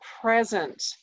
present